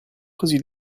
così